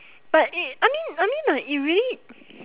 but it I mean I mean like it really